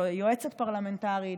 כיועצת פרלמנטרית,